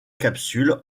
capsule